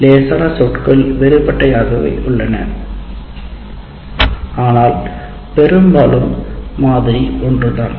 லேசான சொற்கள் வேறுபட்டவை ஆக உள்ளன ஆனால் பெரும்பாலும் மாதிரி ஒன்றுதான்